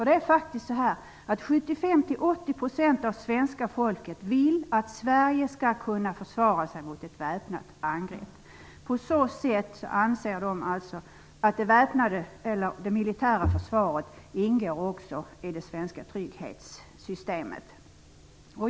Det är faktiskt 75-80 % av svenska folket som vill att Sverige skall kunna försvara sig mot ett väpnat angrepp. De anser att det militära försvaret ingår i det svenska trygghetssystemet.